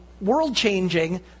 world-changing